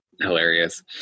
hilarious